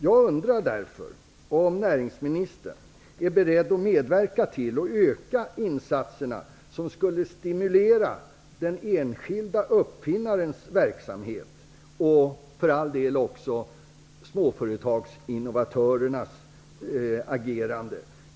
Jag undrar därför om näringsministern är beredd att medverka till att öka de insatser som skulle stimulera den enskilda uppfinnarens verksamhet, och för all del också småföretagsinnovatörernas agerande.